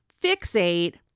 fixate